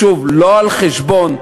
שוב, לא על חשבון,